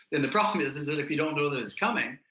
and the problem is is that if you don't know that it's coming,